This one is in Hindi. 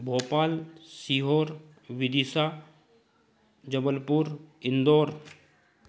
भोपाल सीहोर विदिशा जबलपुर इंदौर